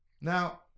Now